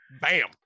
Bam